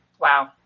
Wow